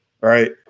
Right